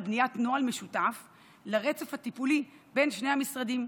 בניית נוהל משותף לרצף הטיפולי בין שני המשרדים,